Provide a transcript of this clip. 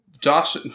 Josh